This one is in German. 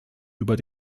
über